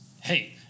hey